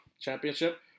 Championship